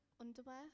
underwear